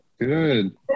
Good